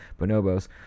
bonobos